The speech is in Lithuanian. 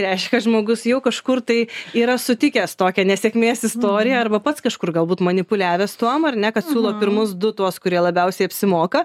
reiškia žmogus jau kažkur tai yra sutikęs tokią nesėkmės istoriją arba pats kažkur galbūt manipuliavęs tuom ar ne kad siūlo pirmus du tuos kurie labiausiai apsimoka